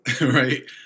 right